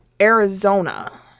Arizona